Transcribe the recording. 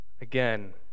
again